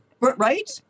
Right